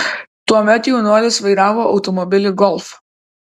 tuomet jaunuolis vairavo automobilį golf